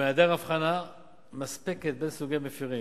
ומהיעדר הבחנה מספקת בין סוגי מפירים.